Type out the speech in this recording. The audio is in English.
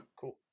Cool